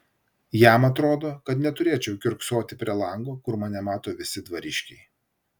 jam atrodo kad neturėčiau kiurksoti prie lango kur mane mato visi dvariškiai